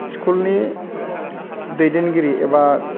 school नि दैदेनगिरि एबा